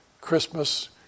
Christmas